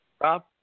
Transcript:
Rob